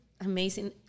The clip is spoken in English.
amazing